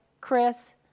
Chris